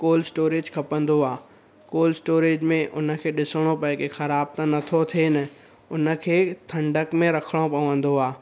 cold storage खपंदो आहे cold storage में उनखे ॾिसणो पए कि ख़राब त नथो थिए न उनखे ठंडक में रखिणो पवंदो आहे